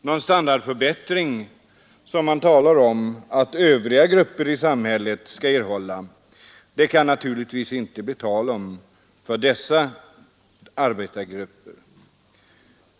Någon standardförbättring, som man talar om att övriga grupper i samhället skall erhålla, kan det naturligtvis inte bli tal om för dessa arbetargrupper.